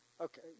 Okay